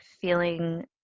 feeling